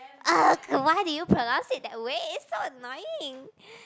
!ugh! why do you pronounce it that way so annoying